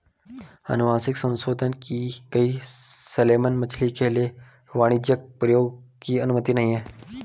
अनुवांशिक संशोधन की गई सैलमन मछली के लिए वाणिज्यिक प्रयोग की अनुमति नहीं है